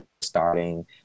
starting